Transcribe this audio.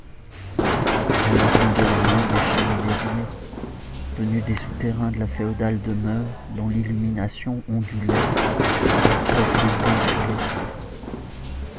on entendait au loin des chants et des rires venus des souterrains de la féodale demeure dont l'illumination ondulait reflétée sur les flots